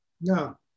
No